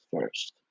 first